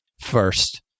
first